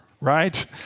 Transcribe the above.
right